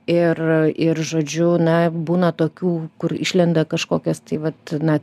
ir ir žodžiu na būna tokių kur išlenda kažkokios tai vat na